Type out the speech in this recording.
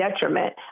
detriment